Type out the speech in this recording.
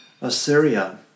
Assyria